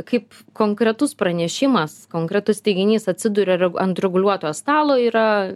kaip konkretus pranešimas konkretus teiginys atsiduria ant reguliuotojo stalo yra